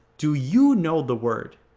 do you know the word?